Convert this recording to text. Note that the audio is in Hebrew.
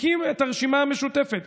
הקים את הרשימה המשותפת.